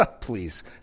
Please